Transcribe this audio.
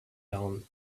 down